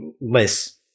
less